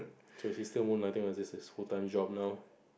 so is he still moonlighting or is this his full time job now